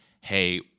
hey